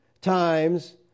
times